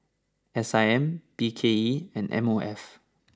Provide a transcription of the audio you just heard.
S I M B K E and M O F